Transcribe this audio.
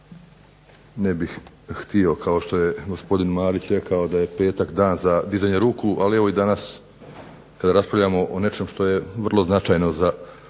Ne bih htio, kao što je gospodin Marić rekao da je petak dan za dizanje ruku, ali evo i danas kada raspravljamo o nečemu što je vrlo značajno za,